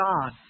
God